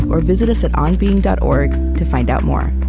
or visit us at onbeing dot org to find out more